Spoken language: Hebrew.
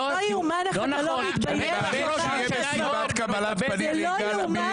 לימור סון הר מלך (עוצמה יהודית): זה לא יאומן